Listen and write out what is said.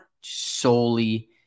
solely